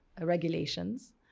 regulations